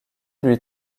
lui